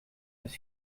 dass